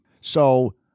So-